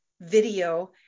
video